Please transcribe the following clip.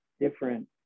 different